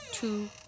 Two